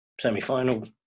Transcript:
semi-final